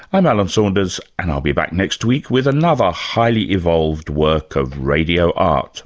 i'm alan saunders and i'll be back next week with another highly evolved work of radio art